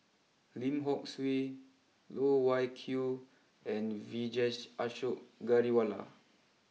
Lim Hock Siew Loh Wai Kiew and Vijesh Ashok Ghariwala